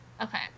Okay